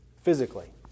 physically